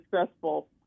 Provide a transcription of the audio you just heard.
successful